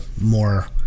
more